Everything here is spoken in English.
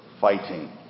fighting